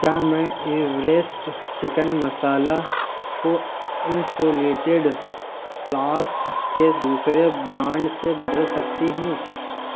کیا میں Everest chicken مصالحہ کو انسولیٹڈ فلاسک کے دوسرے برانڈ سے بدل سکتی ہوں